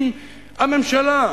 אם הממשלה,